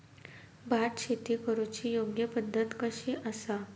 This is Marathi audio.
भात शेती करुची योग्य पद्धत कशी आसा?